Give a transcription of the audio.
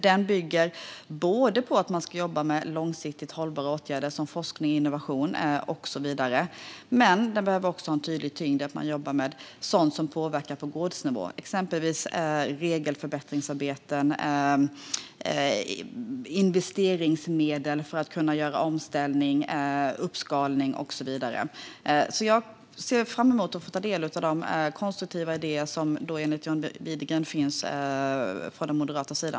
Den bygger på att man ska jobba med långsiktigt hållbara åtgärder, som forskning och innovation och så vidare, men den behöver också ha en tydlig tyngd på att jobba med sådant som påverkar på gårdsnivå. Det handlar om till exempel regelförbättringsarbeten, investeringsmedel för att omställning och uppskalning ska kunna genomföras och så vidare. Jag ser fram emot att få ta del av de konstruktiva idéer som enligt John Widegren finns från Moderaternas sida.